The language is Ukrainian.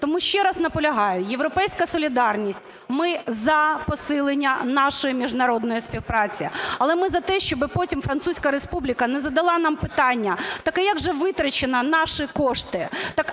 Тому ще раз наполягаю, "Європейська солідарність", ми за посилення нашої міжнародної співпраці, але ми за те, щоб потім Французька Республіка не задала нам питання, так а як же витрачені наші кошти,